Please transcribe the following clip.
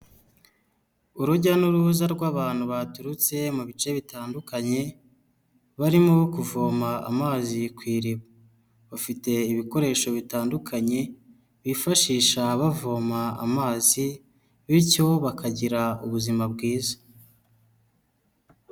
Urujya n'uruza rw'abantu baturutse mu bice bitandukanye, barimo kuvoma amazi ku iriba, bafite ibikoresho bitandukanye, bifashisha bavoma amazi, bityo bakagira ubuzima bwiza.